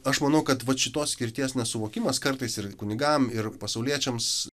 aš manau kad vat šitos skirties nesuvokimas kartais ir kunigam ir pasauliečiams